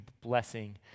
blessing